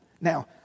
Now